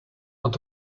not